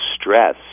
stress